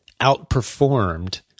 outperformed